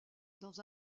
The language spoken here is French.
dans